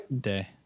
day